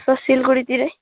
sir सिलगढीतिरै